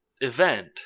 event